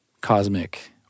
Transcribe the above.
cosmic-